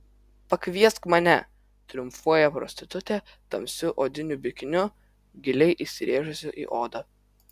pakviesk mane triumfuoja prostitutė tamsiu odiniu bikiniu giliai įsirėžusiu į odą